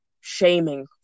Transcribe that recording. shaming